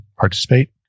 participate